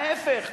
להיפך.